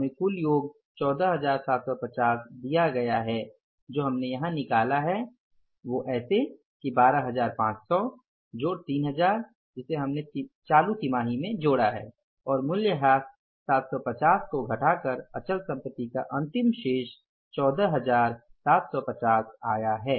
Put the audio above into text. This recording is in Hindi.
हमें कुल योग 14750 दिया गया है जो हमने यहां निकाला है वो ऐसे कि 12500 जोड़ 3000 है जिसे हमने चालू तिमाही में जोड़ा है और मूल्यह्रास ७५० को घटाकर अचल संपत्ति का अंतिम शेष 14750 आया है